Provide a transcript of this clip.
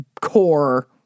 core